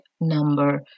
number